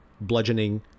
bludgeoning